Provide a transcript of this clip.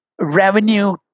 revenue